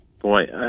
Boy